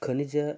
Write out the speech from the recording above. ಖನಿಜ